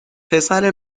پسر